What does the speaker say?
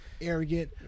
arrogant